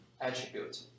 attribute